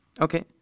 Okay